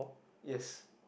yes